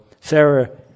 Sarah